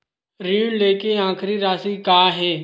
ऋण लेके आखिरी राशि का हे?